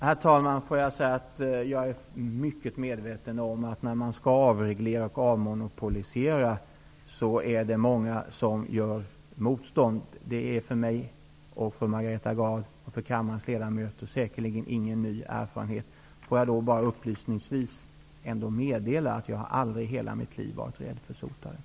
Herr talman! Jag är mycket medveten om att många gör motstånd i samband med att man skall avreglera och avmonopolisera. Det är för mig, för Margareta Gard och för resten av kammarens ledamöter säkerligen ingen ny erfarenhet. Låt mig upplysningsvis ändå meddela att jag aldrig i hela mitt liv har varit rädd för sotaren.